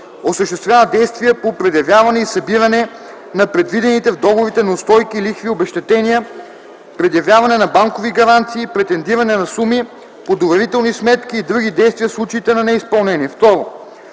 осъществява действия по предявяване и събиране на предвидените в договорите неустойки, лихви, обезщетения, предявяване на банкови гаранции, претендиране на суми по доверителни сметки и други действия в случаите на неизпълнение;